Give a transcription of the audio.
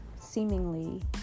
seemingly